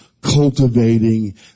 cultivating